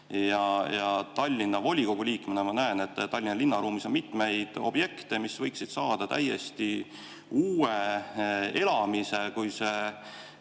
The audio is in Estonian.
Tallinna volikogu liikmena ma näen, et Tallinna linnaruumis on mitmeid objekte, mis võiksid saada täiesti uue elamise, kui see